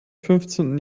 fünfzehnten